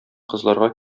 кызларга